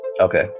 Okay